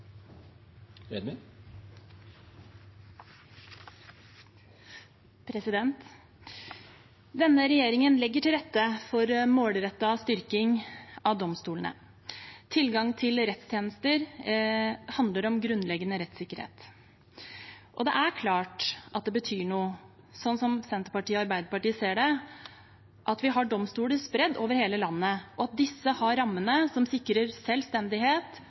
Denne regjeringen legger til rette for målrettet styrking av domstolene. Tilgang til rettstjenester handler om grunnleggende rettssikkerhet. Det er klart at det betyr noe, slik Senterpartiet og Arbeiderpartiet ser det, at vi har domstoler spredt over hele landet, og at disse har rammer som sikrer selvstendighet,